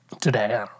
today